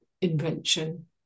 invention